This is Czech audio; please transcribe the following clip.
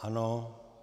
Ano.